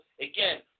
again